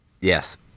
yes